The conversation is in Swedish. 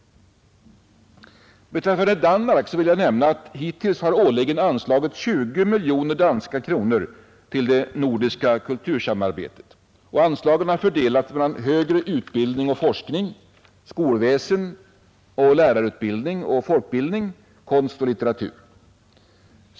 Beträffande Danmark vill jag nämna att hittills har årligen anslagits 20 miljoner danska kronor till det nordiska kultursamarbetet. Anslagen har fördelats mellan högre utbildning och forskning, skolväsen och lärarutbildning samt folkbildning, konst och litteratur.